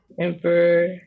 Emperor